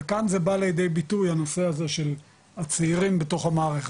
וכאן זה בא לידי ביטוי הנושא הזה של הצעירים בתוך המערכת.